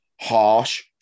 harsh